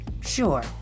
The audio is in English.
sure